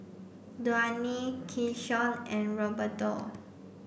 Dwaine Keyshawn and Roberto